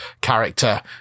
character